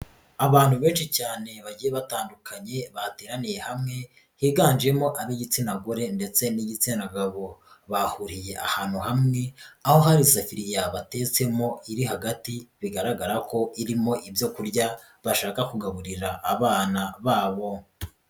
Abantu benshi cyane bagiye batandukanye, bateraniye hamwe, higanjemo ab'igitsina gore ndetse n'igitsina gabo. Bahuriye ahantu hamwe, aho hari isafiriya batetsemo iri hagati bigaragara ko irimo ibyo kurya, bashaka kugaburira abana babo.